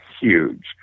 huge